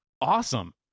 Awesome